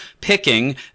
picking